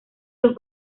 los